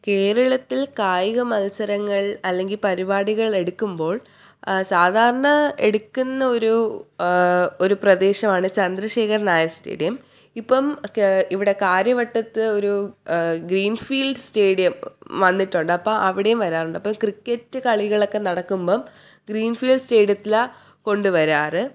കേരളത്തിൽ കായികമത്സരങ്ങൾ അല്ലെങ്കിൽ പരിപാടികളെടുക്കുമ്പോൾ സാധാരണ എടുക്കുന്നൊരു ഒരു പ്രദേശമാണ് ചന്ദ്രശേഖർ നായർ സ്റ്റേഡിയം ഇപ്പം കേ ഇവിടെ കാര്യവട്ടത്ത് ഒരു ഗ്രീൻഫീൽഡ് സ്റ്റേഡിയം വന്നിട്ടുണ്ട് അപ്പം അവിടെയും വരാറുണ്ട് അപ്പം ക്രിക്കറ്റ് കളികളൊക്കെ നടക്കുമ്പം ഗ്രീൻഫീൽഡ് സ്റ്റേഡിയത്തിലാണ് കൊണ്ടുവരാറ്